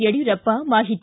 ಯಡ್ಕೂರಪ್ಪ ಮಾಹಿತಿ